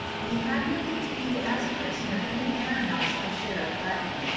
he had him detained as a prisoner in the manor-house of sheriff hutton,